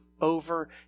over